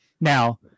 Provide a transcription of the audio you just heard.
Now